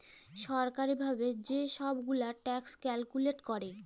ছরকারি ভাবে যে ছব গুলা ট্যাক্স ক্যালকুলেট ক্যরে